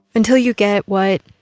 until you get what,